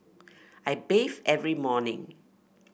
I bathe every morning